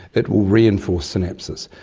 it will reinforce synapses.